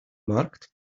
markt